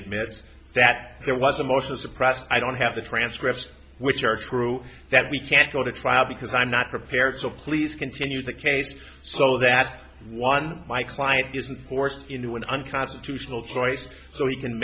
admits that there was a most is a process i don't have the transcripts which are true that we can't go to trial because i'm not prepared so please continue the case so that one my client isn't forced into an unconstitutional choice so he can